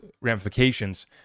ramifications